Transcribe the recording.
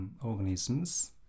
Organisms